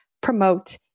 promote